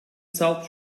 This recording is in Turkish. salt